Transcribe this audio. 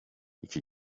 iki